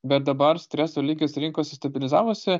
bet dabar streso lygis rinkose stabilizavosi